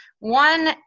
One